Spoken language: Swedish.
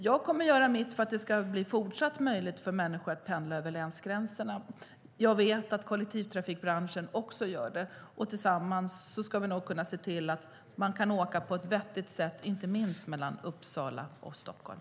Jag kommer att göra mitt för att det ska vara fortsatt möjligt för människor att pendla över länsgränserna. Jag vet att kollektivtrafikbranschen också gör vad den kan, och tillsammans ska vi nog kunna se till att man kan åka kollektivt på ett vettigt sätt, inte minst mellan Uppsala och Stockholm.